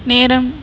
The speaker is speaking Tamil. நேரம்